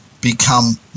become